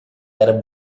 era